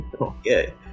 okay